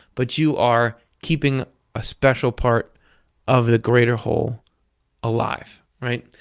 but you are keeping a special part of the greater whole alive. right?